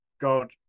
God